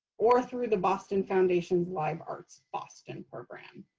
or through the boston foundation's live arts boston program.